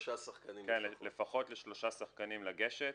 לפחות ל-3 שחקנים לגשת,